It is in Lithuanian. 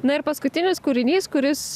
na ir paskutinis kūrinys kuris